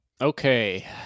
Okay